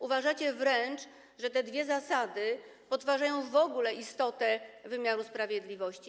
Uważacie wręcz, że te dwie zasady podważają w ogóle istotę wymiaru sprawiedliwości.